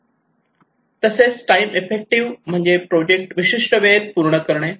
इतर time effective म्हणजे project विशिष्ट वेळेत पूर्ण करणे